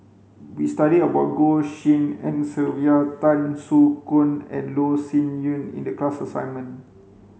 we studied about Goh Tshin En Sylvia Tan Soo Khoon and Loh Sin Yun in the class assignment